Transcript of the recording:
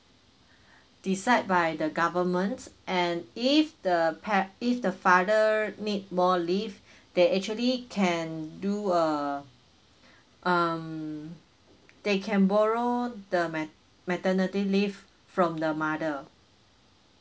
decide by the governments and if the par~ if the father need more leave they actually can do uh um they can borrow the mat~ maternity leave from the mother